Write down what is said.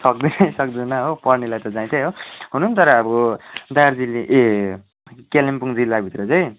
सक्दै सक्दैन हो पढ्नेलाई त जहीँ तहीँ हो हुनु पनि तर अब दार्जिलि ए कालिम्पोङ जिल्लाभित्र चाहिँ